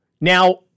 Now